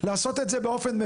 לעשות את זה באופן חוקי,